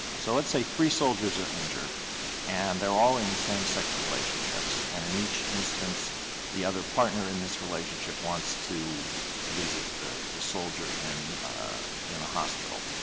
so let's say three soldiers are injured and they are all in same-sex relationships, and in each instance the other partner in this relationship wants to visit the the soldier in in a hospital.